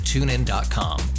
TuneIn.com